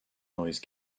noise